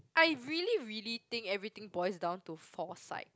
I really really think everything boils down to foresight